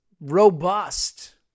robust